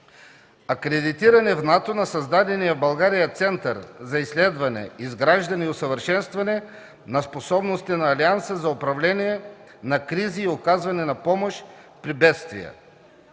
акредитиране в НАТО на създадения в България Център за изследване, изграждане и усъвършенстване на способностите на Алианса за управление на кризи и оказване на помощ при бедствия.